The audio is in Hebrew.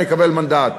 נקבל מנדט.